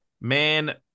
man